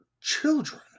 children